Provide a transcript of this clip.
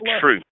true